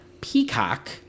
Peacock